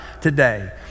today